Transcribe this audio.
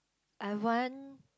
I want